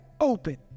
open